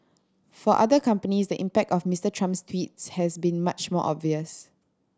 for other companies the impact of Mister Trump's tweets has been much more obvious